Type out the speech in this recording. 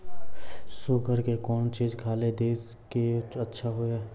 Sugar के कौन चीज खाली दी कि अच्छा हुए?